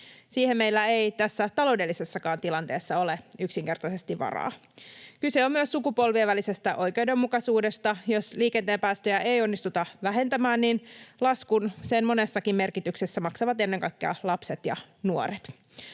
Siihen meillä ei tässä taloudellisessakaan tilanteessa ole yksinkertaisesti varaa. Kyse on myös sukupolvien välisestä oikeudenmukaisuudesta. Jos liikenteen päästöjä ei onnistuta vähentämään, niin laskun sen monessakin merkityksessä maksavat ennen kaikkea lapset ja nuoret.